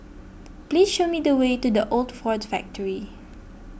please show me the way to the Old Ford Factor